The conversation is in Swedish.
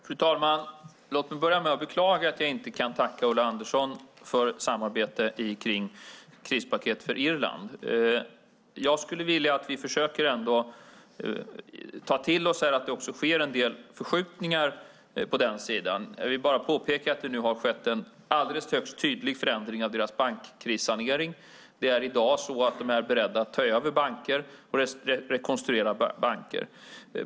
Fru talman! Låt mig börja med att beklaga att jag inte kan tacka Ulla Andersson för samarbete kring krispaketet för Irland. Jag skulle vilja att vi försöker ta till oss att det sker en del förskjutningar på den sidan. Jag vill bara påpeka att det har skett en högst tydlig förändring av deras bankkrissanering. De är i dag beredda att ta över och rekonstruera banker.